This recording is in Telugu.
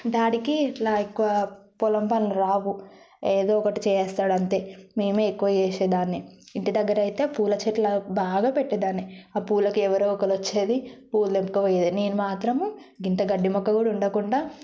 డాడీకి ఇట్లా ఎక్కువ పొలం పనులు రావు ఏదో ఒకటి చేస్తాడు అంతే మేమే ఎక్కువ చేసేదాన్ని ఇంటి దగ్గర అయితే పూల చెట్లు బాగా పెట్టేదాన్ని ఆ పూలకి ఎవరో ఒకరు వచ్చేది పూలు ఎత్తుకుపోయేది నేను మాత్రము గింత గడ్డి ముక్క కూడా ఉండకుండా